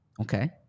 Okay